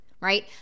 right